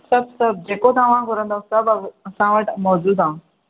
सभु सभु जेको तव्हां घुरंदव सभु अ असां वटि मौज़ूदु आहे